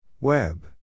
Web